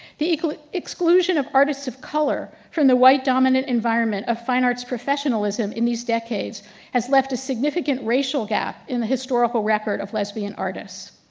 the exclusion of artists of color from the white dominant environment of fine arts professionalism in these decades has left a significant racial gap in the historical record of lesbian artists.